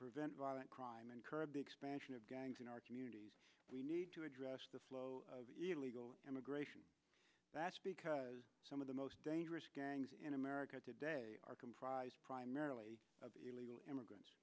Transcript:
prevent violent crime and curb the expansion of gangs in our communities we need to address the flow of illegal immigration that's because some of the most dangerous gangs in america today are comprised primarily of immigrants